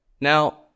Now